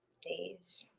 days,